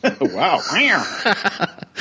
Wow